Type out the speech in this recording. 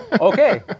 Okay